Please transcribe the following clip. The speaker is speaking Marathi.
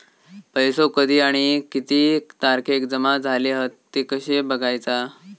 पैसो कधी आणि किती तारखेक जमा झाले हत ते कशे बगायचा?